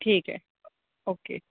ठीक आहे ओके